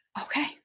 Okay